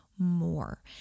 More